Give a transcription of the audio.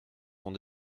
sont